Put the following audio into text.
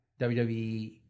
WWE